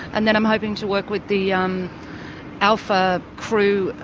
and then i'm hoping to work with the um alpha crew,